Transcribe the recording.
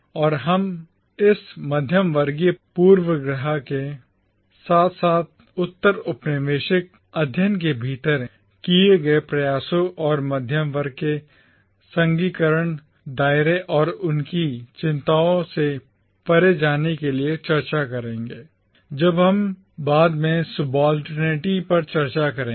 और हम इस मध्यवर्गीय पूर्वाग्रह के साथ साथ उत्तर औपनिवेशिक अध्ययन के भीतर किए गए प्रयासों और मध्यवर्ग के संकीर्ण दायरे और उनकी चिंताओं से परे जाने के लिए चर्चा करेंगे जब हम बाद में सबाल्टर्निटी पर चर्चा करेंगे